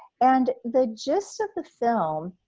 and the gist of the film,